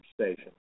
Station